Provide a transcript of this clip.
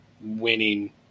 winning